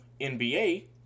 NBA